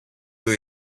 του